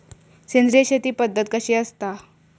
सेंद्रिय शेती पद्धत कशी असता?